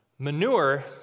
Manure